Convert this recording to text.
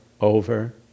over